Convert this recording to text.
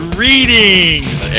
Greetings